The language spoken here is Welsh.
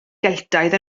geltaidd